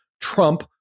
Trump